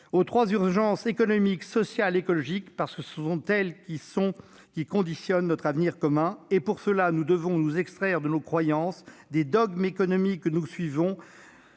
aux trois urgences économique, sociale et écologique, parce que ce sont elles qui conditionnent notre avenir commun. Pour ce faire, nous devons nous extraire de nos croyances, des dogmes économiques que nous suivons